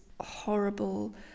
horrible